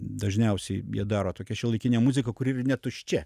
dažniausiai jie daro tokią šiuolaikinę muziką kuri ir netuščia